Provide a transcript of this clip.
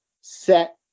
set